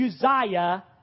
Uzziah